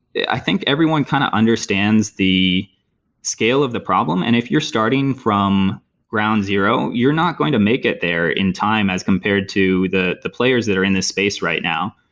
i think everyone kind of understands the scale of the problem, and if you're starting from ground zero, you're not going to make it there in time as compared to the the players that are in the space right now.